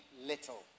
little